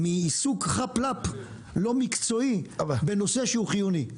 מעיסוק לא מקצועי בנושא שהוא חיוני.